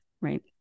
right